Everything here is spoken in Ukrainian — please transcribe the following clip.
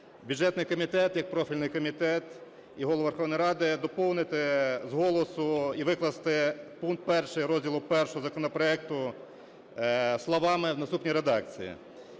бюджетний комітет як профільний комітет і Голову Верховної Ради доповнити з голосу і викласти пункт 1 розділу І законопроекту словами в наступній редакції: